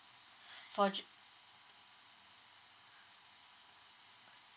for